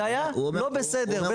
זה היה לא בסדר.